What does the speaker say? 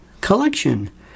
collection